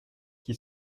qui